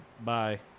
bye